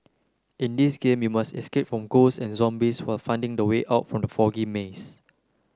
in this game you must escape from ghosts and zombies while finding the way out from the foggy maze